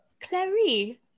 Clary